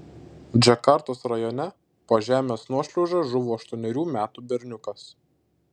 džakartos rajone po žemės nuošliauža žuvo aštuonerių metų berniukas